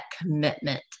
commitment